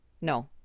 No